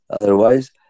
otherwise